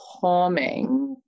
calming